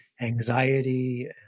anxiety